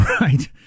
Right